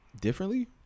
differently